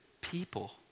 people